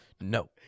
No